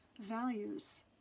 values